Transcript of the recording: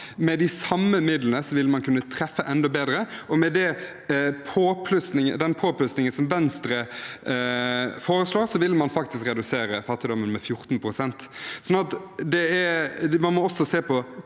med de samme midlene ville man truffet enda bedre. Og med den påplussingen som Venstre foreslår, ville man faktisk redusert fattigdommen med 14 pst. Så man må også se på